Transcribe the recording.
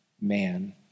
man